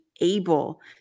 able